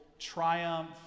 triumph